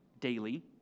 daily